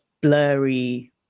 blurry